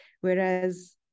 Whereas